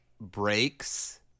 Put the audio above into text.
breaks